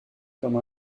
comme